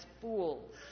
fools